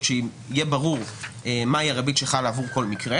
שיהיה ברור מהי הריבית שחלה עבור כל מקרה,